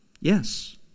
Yes